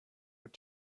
were